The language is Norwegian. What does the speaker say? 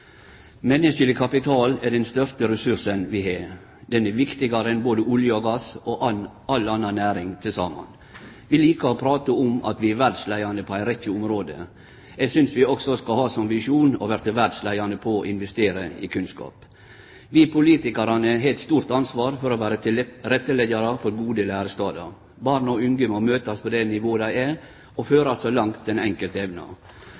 Menneskeleg kapital er den største ressursen vi har. Han er viktigare enn både olje og gass og all anna næring til saman. Vi likar å prate om at vi er verdsleiande på ei rekkje område. Eg synest vi også skal ha som visjon å verte verdsleiande på å investere i kunnskap. Vi politikarar har eit stort ansvar for å vere tilretteleggjarar for gode lærestader. Barn og unge må møtast på det nivået dei er og førast så langt den enkelte